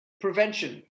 prevention